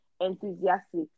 enthusiastic